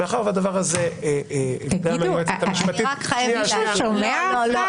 תגידו, מישהו שומע אותך?